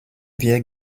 wir